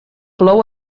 plou